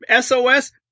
SOS